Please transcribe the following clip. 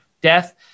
death